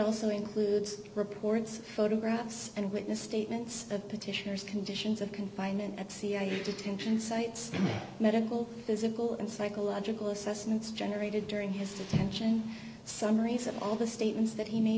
also includes reports photographs and witness statements of petitioners conditions of confinement at cia detention sites medical physical and psychological assessments generated during his detention summaries of all the statements that he made